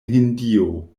hindio